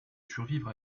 survivre